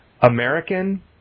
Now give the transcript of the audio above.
American